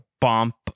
bump